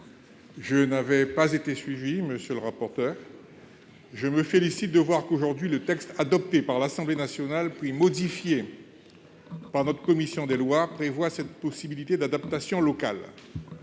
Je n'avais pas été suivi, monsieur le rapporteur. Je me félicite de voir qu'aujourd'hui le texte adopté par l'Assemblée nationale et modifié par notre commission des lois prévoit cette possibilité d'adaptation locale.